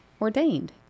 ordained